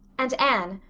and anne,